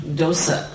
dosa